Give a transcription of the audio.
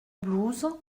blouse